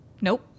Nope